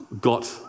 got